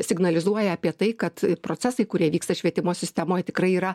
signalizuoja apie tai kad procesai kurie vyksta švietimo sistemoj tikrai yra